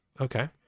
Okay